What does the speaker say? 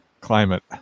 climate